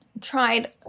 tried